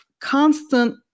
constant